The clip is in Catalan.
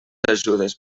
ajudes